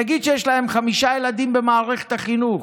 נניח שיש להם חמישה ילדים במערכת החינוך.